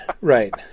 Right